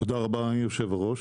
תודה רבה, היושב-ראש.